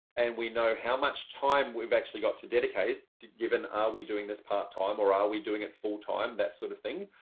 and we know how much time we've actually got to dedicate given are we doing this part time? or ah are we doing it full time, that sort of thing.